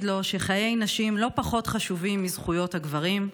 לו שחיי נשים לא פחות חשובים מזכויות הגברים,